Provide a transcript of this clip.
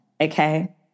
Okay